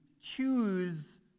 choose